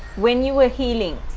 when you were healing.